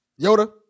Yoda